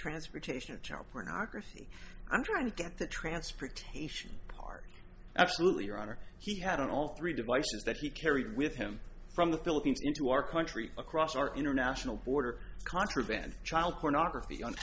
transportation of child pornography i'm trying to get the transportation part absolutely your honor he had all three devices that he carried with him from the philippines into our country across our international border contraband child pornography on